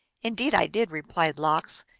indeed i did, replied lox.